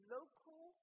Local